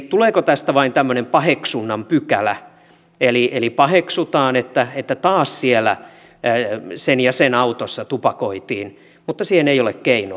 tuleeko tästä vain tämmöinen paheksunnan pykälä eli paheksutaan että taas siellä sen ja sen autossa tupakointiin mutta siihen ei ole keinoa